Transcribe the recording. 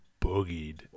boogied